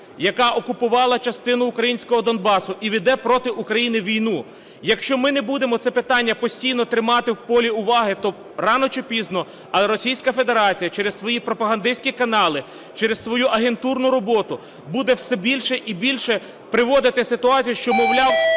яка окупувала частину українського Донбасу і веде проти України війну. Якщо ми не будемо це питання постійно тримати в полі уваги, то рано чи пізно Російська Федерація через свої пропагандистські канали, через свою агентурну роботу буде все більше і більше приводити ситуацію, що, мовляв,